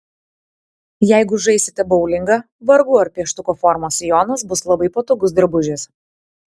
jeigu žaisite boulingą vargu ar pieštuko formos sijonas bus labai patogus drabužis